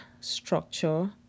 structure